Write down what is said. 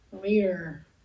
leader